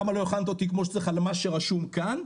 למה לא הכנת אותי כמו שצריך על מה שרשום כאן?